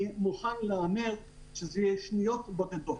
אני מוכן להמר שזה שניות בודדות.